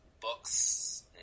books